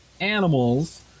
animals